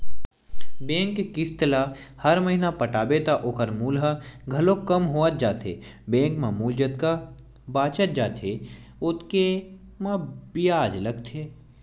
bank के किस्त ल हर महिना पटाबे त ओखर मूल ह घलोक कम होवत जाथे बेंक म मूल जतका बाचत जाथे ओतके म बियाज लगथे